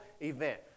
event